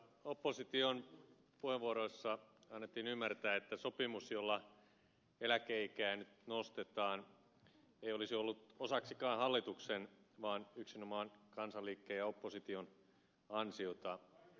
opposition puheenvuoroissa annettiin ymmärtää että sopimus jolla eläkeikää nyt nostetaan ei olisi ollut osaksikaan hallituksen vaan yksinomaan kansanliikkeen ja opposition ansiota